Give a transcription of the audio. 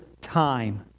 time